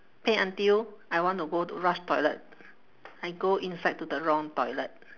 pain until I want to go to rush toilet I go inside to the wrong toilet